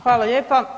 Hvala lijepa.